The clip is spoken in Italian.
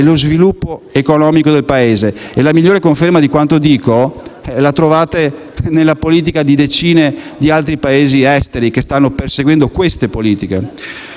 e lo sviluppo economico del Paese. La migliore conferma di quanto dico la trovate nella politica di decine di Paesi esteri, che stanno invece perseguendo questa strada.